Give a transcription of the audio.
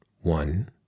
one